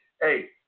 hey